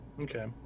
Okay